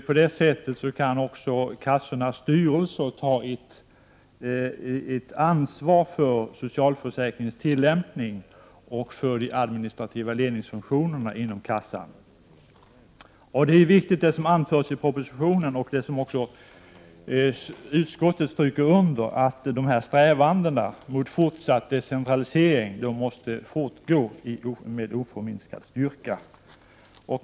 På det sättet skall också kassornas styrelser ta ett ansvar för socialförsäkringssystemets tillämpning och för de administrativa ledningsfunktionerna inom kassan. Det som anförs i propositionen och som utskottet också stryker under är viktigt, nämligen att dessa strävanden mot en fortsatt decentralisering måste fortgå med oförminskad styrka.